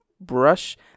brush